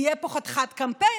יהיה פה חתיכת קמפיין,